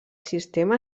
sistema